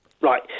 Right